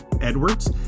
Edwards